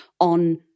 on